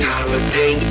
Holiday